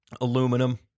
aluminum